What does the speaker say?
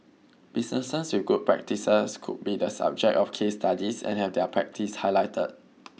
businesses with good practices could be the subject of case studies and have their practice highlighted